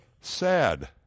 sad